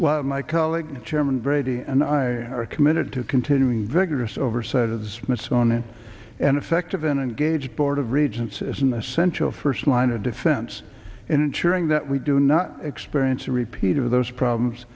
well my colleague chairman brady and i are committed to continuing vigorous oversight of the smithsonian and effective in and gauge board of regents as an essential first line of defense and ensuring that we do not experience a repeat of those problems